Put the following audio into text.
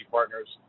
Partners